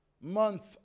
month